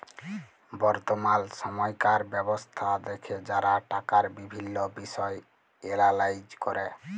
বর্তমাল সময়কার ব্যবস্থা দ্যাখে যারা টাকার বিভিল্ল্য বিষয় এলালাইজ ক্যরে